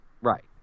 Right